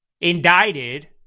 indicted